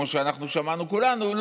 כמו שאנחנו שמענו כולנו.